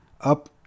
up